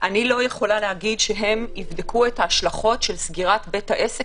אני לא יכולה להגיד שהם יבדקו את ההשלכות על העובדים של סגירת בית העסק,